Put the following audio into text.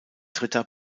dritter